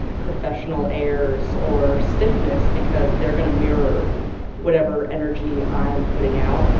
professional airs or stiffness because they're going to mirror whatever energy i'm putting out.